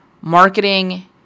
marketing